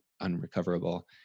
unrecoverable